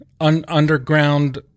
underground